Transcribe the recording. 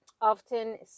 often